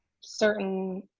certain